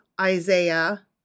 Isaiah